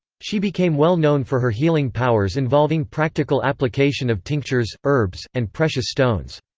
she became well known for her healing powers involving practical application of tinctures, herbs, and precious stones.